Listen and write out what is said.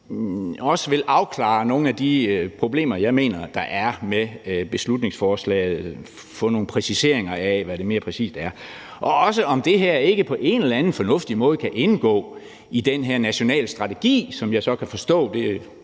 også vil afklare nogle af de problemer, jeg mener der er med beslutningsforslaget, og at vi kan få nogle præciseringer af, hvad det mere præcis er, og også om det her ikke på en eller anden fornuftig måde kan indgå i den her nationale strategi, som jeg så kan forstå, og det